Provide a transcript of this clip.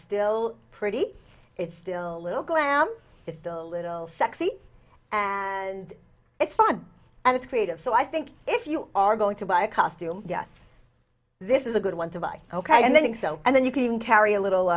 still pretty it's still a little glam it's still a little sexy and it's fun and it's creative so i think if you are going to buy a costume yes this is a good one to buy ok and then and then you can carry a